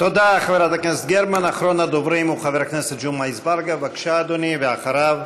אחרון הדוברים, חבר הכנסת אזברגה, ואחריו